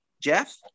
Jeff